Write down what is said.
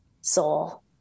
soul